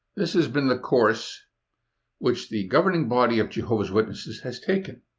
this has been the course which the governing body of jehovah's witnesses has taken.